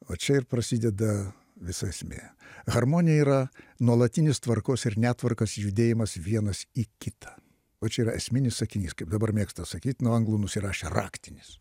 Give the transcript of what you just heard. va čia ir prasideda visa esmė harmonija yra nuolatinis tvarkos ir netvarkos judėjimas vienas į kitą va čia yra esminis sakinys kaip dabar mėgsta sakyt nuo anglų nusirašė raktinis